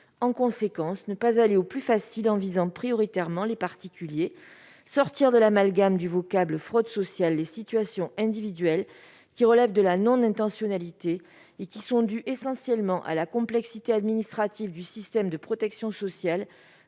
En conséquence, n'allons pas au plus facile en visant prioritairement les particuliers. Sortons de l'amalgame que le vocable « fraude sociale » suggère entre les situations individuelles qui relèvent de la non-intentionnalité et qui sont essentiellement dues à la complexité administrative du système de protection sociale